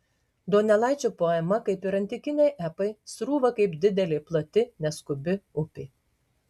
donelaičio poema kaip ir antikiniai epai srūva kaip didelė plati neskubi upė